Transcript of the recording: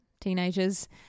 teenagers